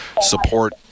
support